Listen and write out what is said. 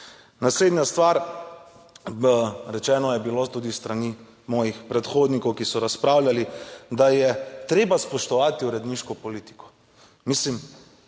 Naslednja stvar, rečeno je bilo tudi s strani mojih predhodnikov, ki so razpravljali, da je treba spoštovati uredniško politiko. Mislim,